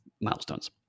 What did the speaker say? milestones